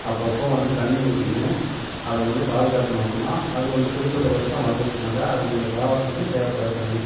அப்போ அப்போ வந்து தண்ணி ஊற்றிக்கின்னு அதை வந்து பாதுகாத்துன்னு வந்தோம்னா அது ஒன்று குறிப்பிட்ட வருஷம் வளர்ந்துருச்சின்னாக்க அதுங்க அந்த தாவரத்துக்கு தேவைபடாது தண்ணி